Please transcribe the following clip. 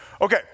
Okay